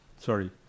sorry